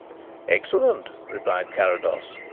excellent, replied carrados.